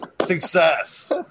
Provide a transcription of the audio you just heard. success